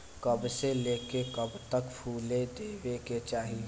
कब से लेके कब तक फुल देवे के चाही?